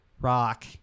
rock